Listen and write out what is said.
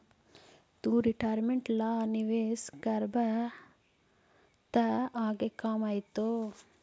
तु रिटायरमेंट ला निवेश करबअ त आगे काम आएतो